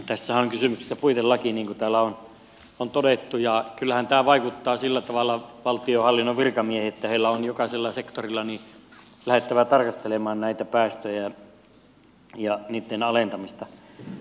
tässähän on kysymyksessä puitelaki niin kuin täällä on todettu ja kyllähän tämä vaikuttaa sillä tavalla valtionhallinnon virkamiehiin että heidän on jokaisella sektorilla lähdettävä tarkastelemaan näitä päästöjä ja niitten alentamisesta